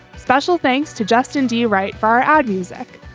special thanks to justin. do you write for our ad music?